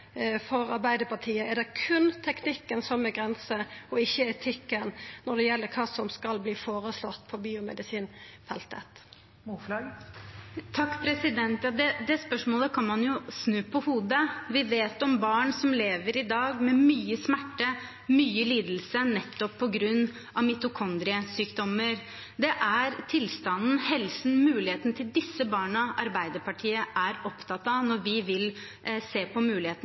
for Arbeidarpartiet. Er det berre teknikken som er ei grense, og ikkje etikken, når det gjeld kva som skal verta føreslått på biomedisinfeltet? Det spørsmålet kan man jo snu på hodet. Vi vet om barn som i dag lever med mye smerte, mye lidelse, nettopp på grunn av mitokondriesykdommer. Det er tilstanden, helsen og muligheten til disse barna Arbeiderpartiet er opptatt av når vi vil se på